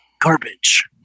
garbage